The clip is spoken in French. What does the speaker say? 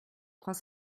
trois